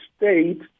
state